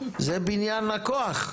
זה בניין הכוח.